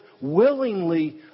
willingly